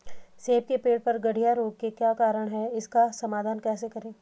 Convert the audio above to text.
सेब के पेड़ पर गढ़िया रोग के क्या कारण हैं इसका समाधान कैसे करें?